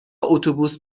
اتوبوس